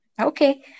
Okay